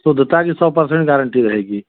शुद्धता की सौ परसेंट गारंटी रहेगी